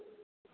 अच्छा